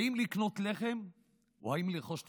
האם לקנות לחם או לרכוש תרופות?